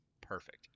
perfect